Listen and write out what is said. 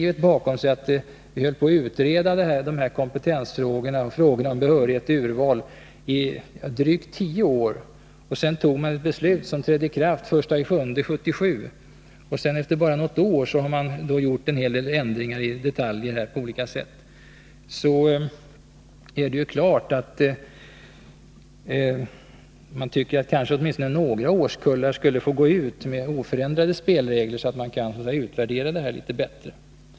Mot bakgrund av att vi utredde dessa kompetensfrågor samt frågorna om behörighet och urval i drygt tio år, fattade ett beslut som trädde i kraft den 1 juli 1977 och sedan efter bara ett år gjorde en hel del detaljändringar, så tycker man att åtminstone några årskullar nu skall få gå ut med oförändrade spelregler. Därmed kan systemet utvärderas litet bättre.